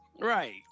Right